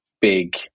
big